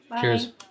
Cheers